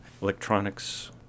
electronics